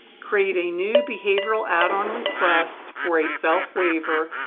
create a new behavioral add-on request for a self waiver,